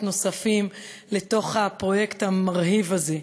נוספים לתוך הפרויקט המרהיב הזה.